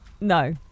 No